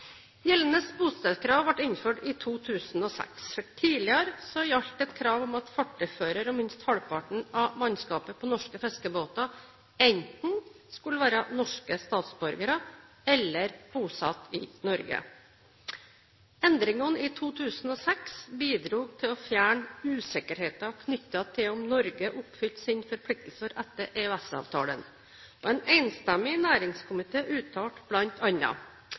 Gjeldende bostedskrav ble innført i 2006. Tidligere gjaldt et krav om at fartøyfører og minst halvparten av mannskapet på norske fiskebåter enten skulle være norske statsborgere eller bosatt i Norge. Endringen i 2006 bidro til å fjerne usikkerheten knyttet til om Norge oppfylte sine forpliktelser etter EØS-avtalen. En enstemmig